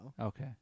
Okay